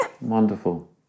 Wonderful